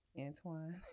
Antoine